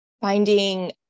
finding